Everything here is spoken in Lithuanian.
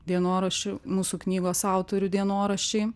dienoraščiu mūsų knygos autorių dienoraščiai